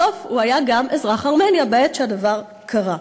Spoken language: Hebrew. בסוף הוא היה גם אזרח ארמניה בעת שהדבר קרה.